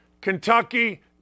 Kentucky